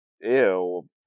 Ew